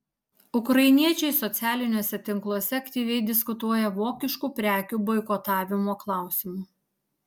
ukrainiečiai socialiniuose tinkluose aktyviai diskutuoja vokiškų prekių boikotavimo klausimu